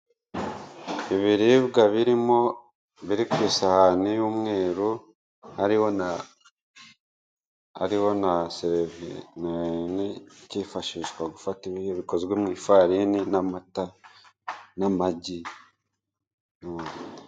Ibiribwa birimo, biri ku isahani y'umweru. Hariho n'ibyifashishwa gufata ibi bikozwe mu ifarini, n'amata, n'amagi.